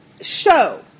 show